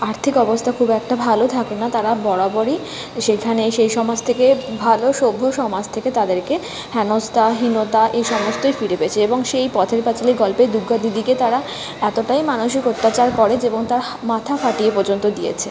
আর্থিক অবস্থা খুব একটা ভালো থাকে না তারা বরাবরই সেখানে সেই সমাজ থেকে ভালো সভ্য সমাজ থেকে তাদেরকে হেনস্তা হীনতা এই সমস্তই ফিরে পেয়েছে এবং সেই পথের পাঁচালী গল্পে দুর্গা দিদিকে তারা এতটাই মানসিক অত্যাচার করে যে এবং তার হা মাথা ফাটিয়ে পর্যন্ত দিয়েছে